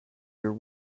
your